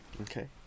okay